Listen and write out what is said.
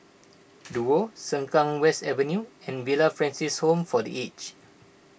Duo Sengkang West Avenue and Villa Francis Home for the Aged